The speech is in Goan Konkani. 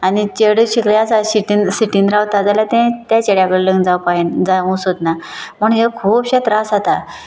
आनी चेडूं शिकलें आसा शिटींत सिटींत रावता जाल्यार तें तें चेड्या कडेन लग्न जावूं सोदना म्हूण हे खुबशे त्रास जाता